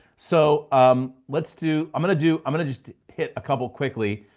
so um let's do, i'm gonna do, i'm gonna just hit a couple quickly.